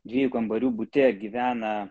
dviejų kambarių bute gyvena